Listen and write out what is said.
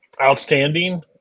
outstanding